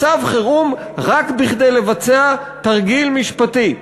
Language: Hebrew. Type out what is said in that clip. מצב חירום רק כדי לבצע תרגיל משפטי.